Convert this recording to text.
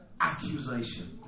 accusation